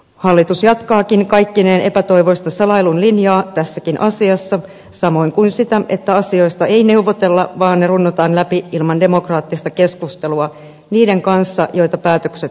hallitus jatkaakin kaikkineen epätoivoista salailun linjaa tässäkin asiassa samoin kuin sitä että asioista ei neuvotella vaan ne runnotaan läpi ilman demokraattista keskustelua niiden kanssa joita päätökset koskevat